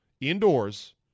indoors